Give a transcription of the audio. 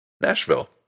Nashville